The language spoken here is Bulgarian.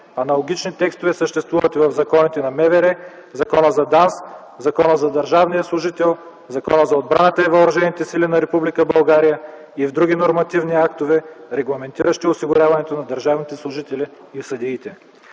Аналогични текстове съществуват в Закона за МВР, Закона за ДАНС, Закона за държавния служител, Закона за отбраната и въоръжените сили на Република България и в други нормативни актове, регламентиращи осигуряването на държавните служители и съдиите.